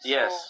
Yes